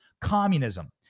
communism